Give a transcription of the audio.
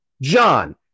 John